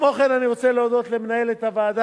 כמו כן אני רוצה להודות למנהלת הוועדה